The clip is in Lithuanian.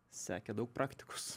sekė daug praktikos